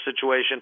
situation